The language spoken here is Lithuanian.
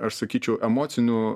aš sakyčiau emocinių